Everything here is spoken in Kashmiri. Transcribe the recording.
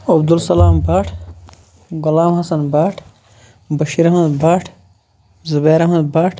عبدالسَلام بٹ غلام حسن بٹ بٔشیٖر احمد بٹ زُبیر احمد بٹ